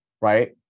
right